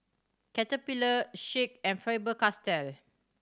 Caterpillar Schick and Faber Castell